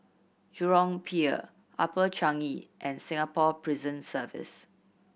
Jurong Pier Upper Changi and Singapore Prison Service